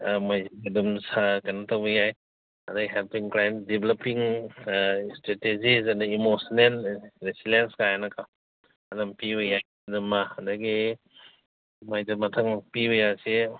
ꯃꯣꯏ ꯑꯗꯨꯝ ꯀꯩꯅꯣ ꯇꯧꯕ ꯌꯥꯏ ꯑꯗꯒꯤ helping crime developing strategies and the emotional ꯔꯤꯁꯂꯦꯟꯁꯒꯥꯏꯅꯀꯣ ꯑꯗꯨꯝ ꯄꯤꯕ ꯌꯥꯏ ꯑꯗꯨꯃ ꯑꯗꯒꯤ ꯃꯣꯏꯗ ꯃꯊꯪ ꯄꯤꯕ ꯌꯥꯔꯤꯁꯦ